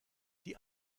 die